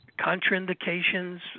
contraindications